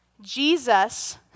Jesus